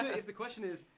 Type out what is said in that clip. ah if the question is,